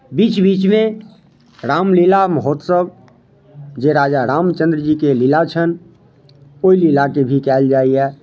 बीच बीचमे रामलीला महोत्सव जे राजा रामचन्द्रजीके लीला छनि ओहि लीलाके भी कयल जाइए